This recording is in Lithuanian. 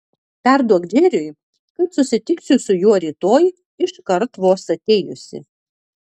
perduok džeriui kad susitiksiu su juo rytoj iškart vos atėjusi